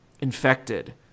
infected